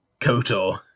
Kotor